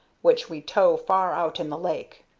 which we tow far out in the lake.